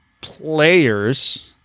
players